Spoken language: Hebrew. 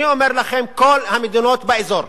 אני אומר לכם, כל המדינות באזור,